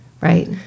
right